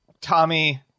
Tommy